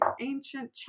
ancient